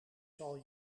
zal